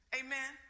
amen